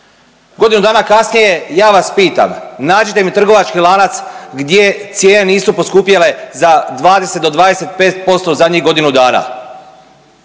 Godinu dana kasnije ja vas pitam nađite mi trgovački lanac gdje cijene nisu poskupjele za 20 do 25% u zadnjih godinu dana,